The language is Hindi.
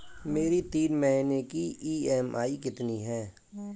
मेरी तीन महीने की ईएमआई कितनी है?